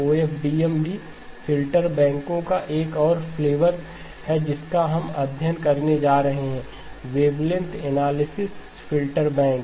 OFDM भी filter बैंकों का एक और फ्लेवर है जिसका हम अध्ययन करने जा रहे हैं वेवलेंथ एनालिसिस फ़िल्टर बैंक